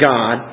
God